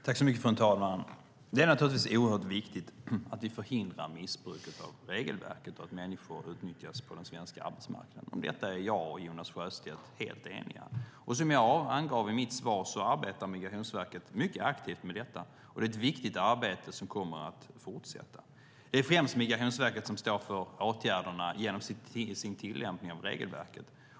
Fru talman! Det är naturligtvis viktigt att vi förhindrar att regelverket missbrukas och att människor utnyttjas på den svenska arbetsmarknaden. Det är jag och Jonas Sjöstedt helt eniga om. Som jag angav i mitt svar arbetar Migrationsverket mycket aktivt med detta. Det är ett viktigt arbete som kommer att fortsätta. Det är främst Migrationsverket som står för åtgärderna genom sin tillämpning av regelverket.